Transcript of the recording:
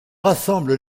rassemble